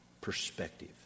perspective